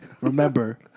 Remember